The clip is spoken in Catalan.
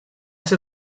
ser